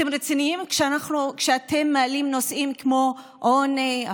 אתם רציניים כשאתם מעלים נושאים כמו עוני,